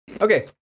Okay